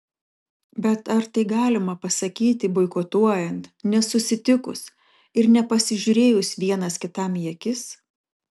bet ar tai galima pasakyti boikotuojant nesusitikus ir nepasižiūrėjus vienas kitam į akis